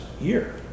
year